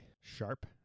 sharp